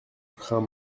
crains